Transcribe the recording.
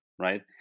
right